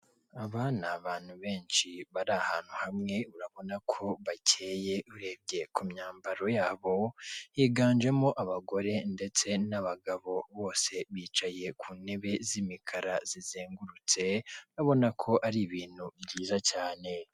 Aba ni abantu benshi bari ahantu hamwe urabona ko bakeye urebye ku myambaro yabo. Higanjemo abagore ndetse n'abagabo bose bicaye ku ntebe z'imikara zizengurutse, urabona ko ari ibintu byiza cyane.